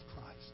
Christ